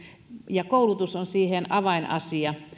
ja koulutus on siihen avainasia